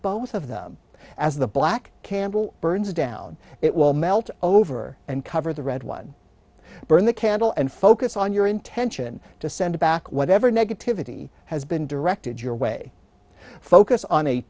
both of them as the black candle burns down it will melt over and cover the red one burn the candle and focus on your intention to send back whatever negativity has been directed your way focus on a